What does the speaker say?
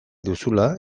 duzula